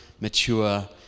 mature